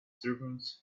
servants